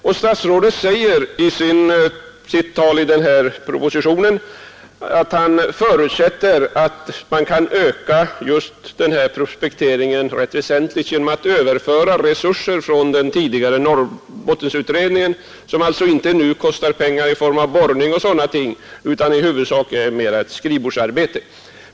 Departementschefen säger i propositionen att han förutsätter att man kan öka prospekteringen rätt väsentligt genom att överföra resurser från den tidigare Norrbottensutredningen, som alltså inte längre kostar pengar i form av borrning och sådana ting utan i huvudsak är ett skrivbordsarbete.